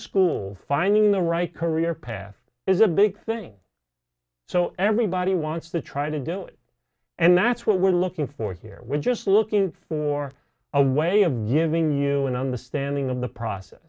school finding the right career path is a big thing so everybody wants to try to do it and that's what we're looking for here we're just looking for a way of giving you an understanding of the process